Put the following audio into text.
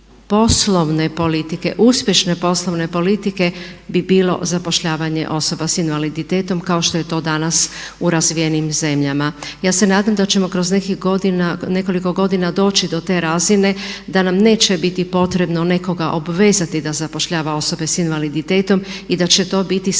poslovne politike, uspješne poslovne politike bi bilo zapošljavanje osoba s invaliditetom kao što je to danas u razvijenim zemljama. Ja se nadam da ćemo kroz nekoliko godina doći do te razine da nam neće biti potrebno nekoga obvezati da zapošljava osobe s invaliditetom i da će to biti